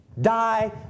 die